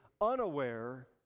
unaware